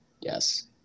Yes